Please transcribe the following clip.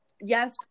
yes